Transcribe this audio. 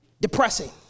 depressing